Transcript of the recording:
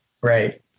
Right